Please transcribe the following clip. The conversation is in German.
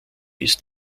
ist